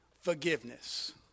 forgiveness